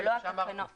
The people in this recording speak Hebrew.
ולא התקנות עצמן.